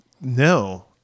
No